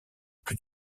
plus